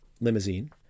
limousine